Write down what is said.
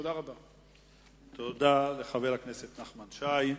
תודה לחבר הכנסת נחמן שי.